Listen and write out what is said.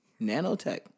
Nanotech